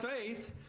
faith